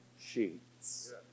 sheets